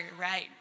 right